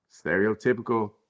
stereotypical